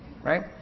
Right